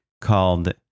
called